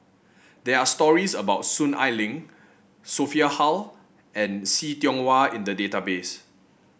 there are stories about Soon Ai Ling Sophia Hull and See Tiong Wah in the database